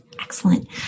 Excellent